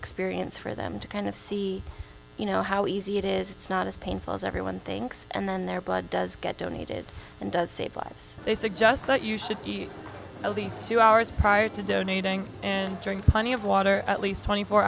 experience for them to kind of see you know how easy it is it's not as painful as everyone thinks and then their blood does get donated and does save lives they suggest that you should eat at least two hours prior to donating and drink plenty of water at least twenty four